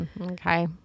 Okay